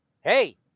Hey